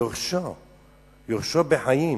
יורשו בחיים,